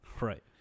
Right